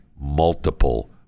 multiple